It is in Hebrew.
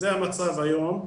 זה המצב היום.